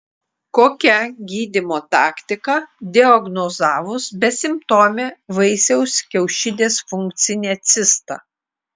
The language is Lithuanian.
kokia gydymo taktika diagnozavus besimptomę vaisiaus kiaušidės funkcinę cistą